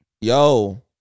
Yo